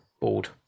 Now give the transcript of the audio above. board